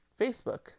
Facebook